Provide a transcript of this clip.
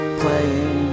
playing